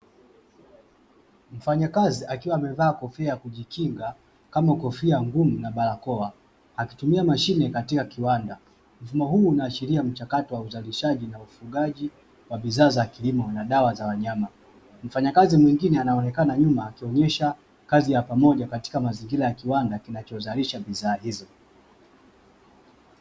Mfanyakazi akiwa amevaa kofia kujikinga, kama kofia ngumu na barakoa akitumia mashine katika kiwanda, mfumo huu unaashiria mchakato wa uzalishaji na ufugaji wa bidhaa za kilimo na dawa za wanyama. Mfanyakazi mwingine anaonekana nyuma tuonyesha kazi ya pamoja katika mazingira ya kiwanda kinachozalisha bidhaa hizi.